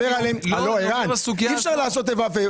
אי אפשר לעשות איפה ואיפה.